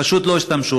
פשוט לא השתמשו.